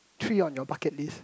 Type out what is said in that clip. three on your bucket list